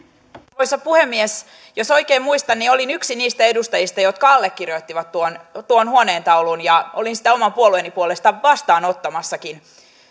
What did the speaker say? arvoisa puhemies jos oikein muistan niin olin yksi niistä edustajista jotka allekirjoittivat tuon huoneentaulun olin sitä oman puolueeni puolesta vastaanottamassakin